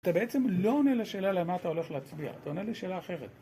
אתה בעצם לא עונה לשאלה למה אתה הולך להצביע, אתה עונה לשאלה אחרת.